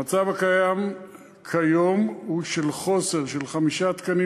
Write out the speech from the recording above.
המצב הקיים כיום הוא של חוסר של חמישה תקנים